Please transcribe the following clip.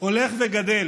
הולך וגדל